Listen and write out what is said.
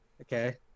Okay